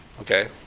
okay